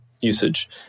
usage